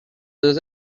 deux